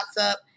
up